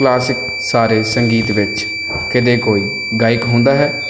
classic ਸਾਰੇ ਸੰਗੀਤ ਵਿੱਚ ਕਦੇ ਕੋਈ ਗਾਇਕ ਹੁੰਦਾ ਹੈ